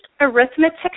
arithmetic